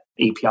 API